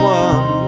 one